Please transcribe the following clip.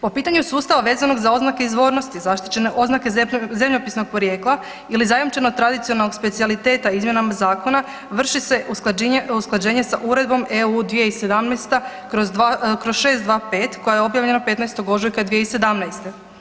Po pitanju sustava vezanog za oznake izvornosti zašti ene oznake zemljopisnog porijekla ili zajamčeno tradicionalnog specijaliteta izmjenama Zakona vrši se usklađenje sa Uredbom EU 2017/625 koja je objavljena 15. ožujka 2017.